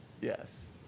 yes